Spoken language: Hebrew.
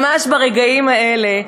ממש ברגעים האלה,